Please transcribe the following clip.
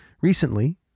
recently